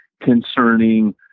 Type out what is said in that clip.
concerning